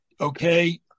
Okay